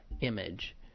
image